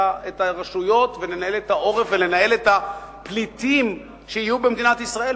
הרשויות ולנהל את העורף ולנהל את הפליטים שיהיו במדינת ישראל,